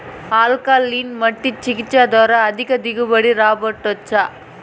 alkaline మట్టి చికిత్స ద్వారా అధిక దిగుబడి రాబట్టొచ్చా